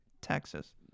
Texas